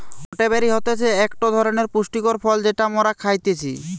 গটে বেরি হতিছে একটো ধরণের পুষ্টিকর ফল যেটা মোরা খাইতেছি